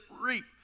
reap